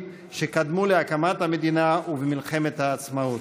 שקדמו להקמת המדינה ובמלחמת העצמאות.